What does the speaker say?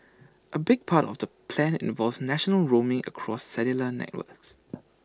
A big part of the plan involves national roaming across cellular networks